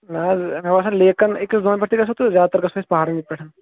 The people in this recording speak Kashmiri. نہ حظ مےٚ اوسَن لیکن أکِس دۄن پٮ۪ٹھ تہِ گژھو تہٕ زیادٕ تر گژھو أسۍ پہاڑَنٕے پٮ۪ٹھ